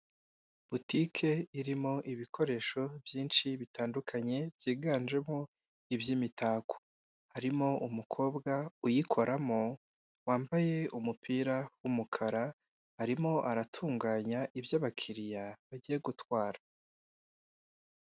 Butike irimo ibikoresho byinshi bitandukanye byiganjemo iby'imitako, harimo umukobwa uyikoramo wambaye umupira w'umukara, arimo aratunganya ibyo abakiriya bagiye gutwara.